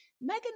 Megan